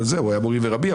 הוא היה מורי ורבי,